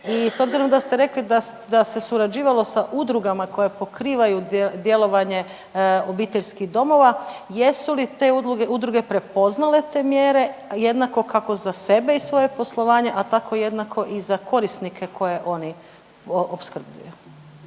I s obzirom da ste rekli da se surađivalo sa udrugama koje pokrivaju djelovanje obiteljskih domova jesu li te udruge prepoznale te mjere jednako kako za sebe i svoje poslovanje, a tako jednako i za korisnike koje oni opskrbljuju.